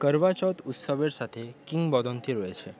কারওয়া চৌথ উৎসবের সাথে কিংবদন্তি রয়েছে